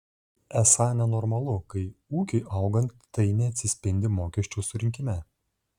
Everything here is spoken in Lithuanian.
esą nenormalu kai ūkiui augant tai neatsispindi mokesčių surinkime